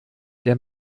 der